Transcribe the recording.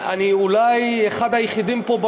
אני אולי היחיד פה,